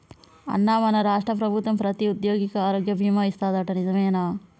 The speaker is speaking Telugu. అన్నా మన రాష్ట్ర ప్రభుత్వం ప్రతి ఉద్యోగికి ఆరోగ్య బీమా ఇస్తాదట నిజమేనా